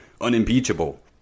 unimpeachable